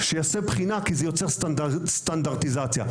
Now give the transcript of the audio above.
כי זה יוצר סטנדרטיזציה.